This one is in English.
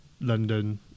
london